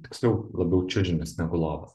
tiksliau labiau čiužinius negu lovas